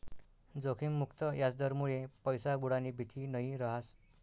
जोखिम मुक्त याजदरमुये पैसा बुडानी भीती नयी रहास